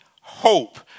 hope